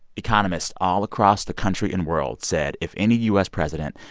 economists all across the country and world said, if any u s. president